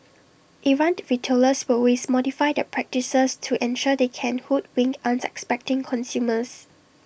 errant retailers will always modify their practices to ensure they can hoodwink unsuspecting consumers